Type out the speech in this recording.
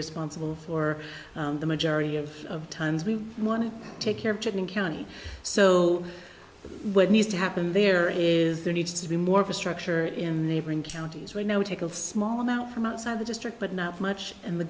responsible for the majority of times we want to take care of chicken county so what needs to happen there is there needs to be more of a structure in the neighboring counties we now take a small amount from outside the district but not much and the